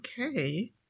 okay